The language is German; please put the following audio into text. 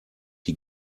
die